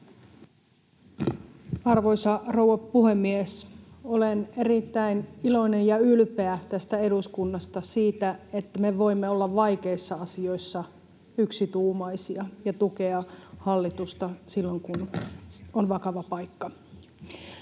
Arvoisa rouva puhemies! Olen erittäin iloinen ja ylpeä tästä eduskunnasta — siitä, että me voimme olla vaikeissa asioissa yksituumaisia ja tukea hallitusta silloin, kun on vakava paikka.